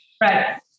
Right